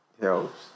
helps